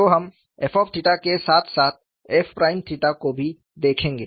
तो हम f के साथ साथ f प्राइम 𝜽 को भी देखेंगे